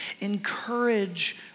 encourage